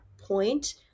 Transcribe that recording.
point